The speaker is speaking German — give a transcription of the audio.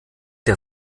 der